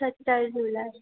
સત્તર જુલાઈ